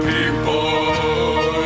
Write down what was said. People